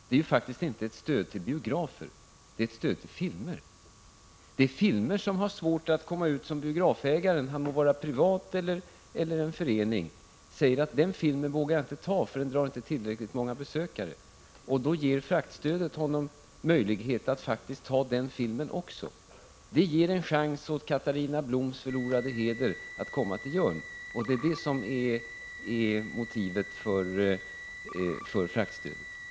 Det är faktiskt inte ett stöd till biografer. Det är ett stöd till filmer som har svårt att komma ut. Biografägaren, vare sig det är fråga om en privatföretagare eller en förening, kanske säger att han inte vågar ta upp en viss film därför att den inte bedöms dra tillräckligt många besökare. Då ger fraktstödet ägaren möjlighet att faktiskt ta upp också den filmen. Det ger en chans till filmen Katarina Blums förlorade heder att komma till Jörn. Det är detta som är motivet för fraktstödet.